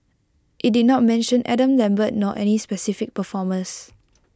IT did not mention Adam lambert nor any specific performers